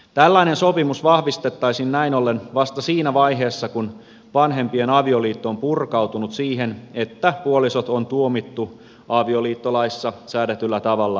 tällainen sopimus vahvistettaisiin näin ollen vasta siinä vaiheessa kun vanhempien avioliitto on purkautunut siihen että puolisot on tuomittu avioliittolaissa säädetyllä tavalla avioeroon